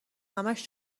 همش